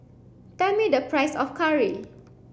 tell me the price of curry